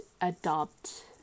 adopt